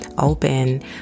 open